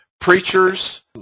preachers